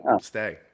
stay